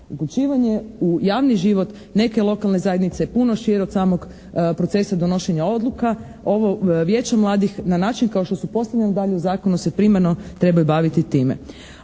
Uključivanje u javni život neke lokalne zajednice je puno šire od samog procesa donošenja odluka. Ovo Vijeće mladih na način kao što su postavljeni dalje u Zakonu se primarno trebaju baviti time.